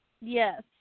Yes